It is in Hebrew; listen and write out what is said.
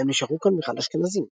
האם נשארו כאן בכלל אשכנזים.